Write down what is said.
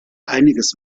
einiges